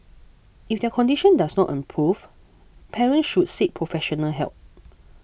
if their condition does not improve parents should seek professional help